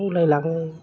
बावलायलाङो